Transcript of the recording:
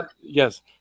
yes